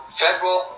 federal